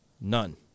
none